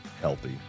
healthy